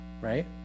right